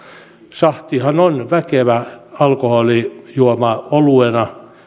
sahtihan on väkevä alkoholijuoma oluena